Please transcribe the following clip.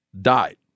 died